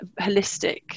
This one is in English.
holistic